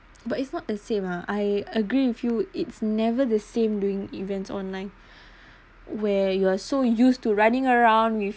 but it's not the same ah I agree with you it's never the same during events online where you are so used to running around with